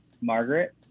Margaret